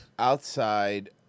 Outside